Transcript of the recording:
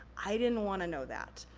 i didn't wanna know that.